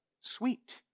sweet